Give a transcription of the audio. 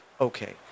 Okay